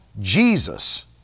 Jesus